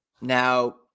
Now